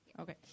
Okay